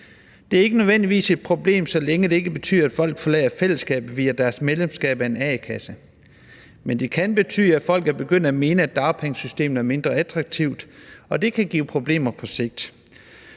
Det er ikke nødvendigvis et problem, så længe det ikke betyder, at folk forlader fællesskabet via en opsigelse af deres medlemskab af en a-kasse. Men det kan betyde, at folk er begyndt at mene, at dagpengesystemet er mindre attraktivt, og det kan give problemer på sigt.